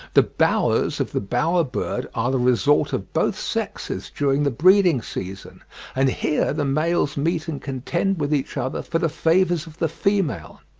the bowers of the bower-birds are the resort of both sexes during the breeding-season and here the males meet and contend with each other for the favours of the female,